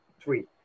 Three